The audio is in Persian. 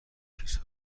کیسه